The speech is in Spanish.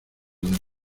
del